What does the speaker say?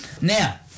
Now